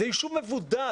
זה יישוב מבודד.